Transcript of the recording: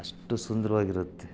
ಅಷ್ಟು ಸುಂದ್ರವಾಗಿರುತ್ತೆ